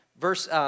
verse